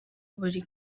buri